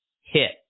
hit